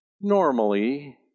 normally